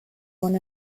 one